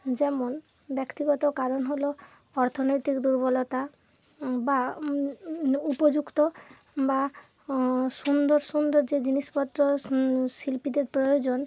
যেমন ব্যক্তিগত কারণ হলো অর্থনৈতিক দুর্বলতা বা উপযুক্ত বা সুন্দর সুন্দর যে জিনিসপত্র শিল্পীদের প্রয়োজন